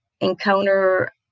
encounter